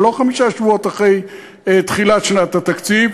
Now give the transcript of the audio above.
זה לא חמישה שבועות אחרי תחילת שנת התקציב,